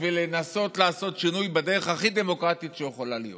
בשביל לנסות לעשות שינוי בדרך הכי דמוקרטית שיכולה להיות,